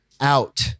out